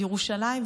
בירושלים?